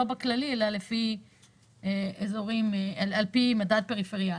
לא בכללי אלא לפי מדד פריפריאלי?